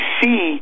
see